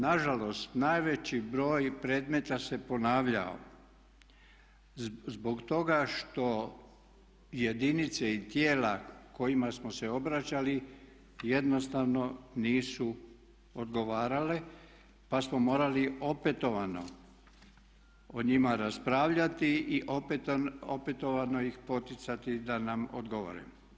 Na žalost najveći broj predmeta se ponavljao zbog toga što jedinice i tijela kojima smo se obraćali jednostavno nisu odgovarale, pa smo morali opetovano o njima raspravljati i opetovano ih poticati da nam odgovore.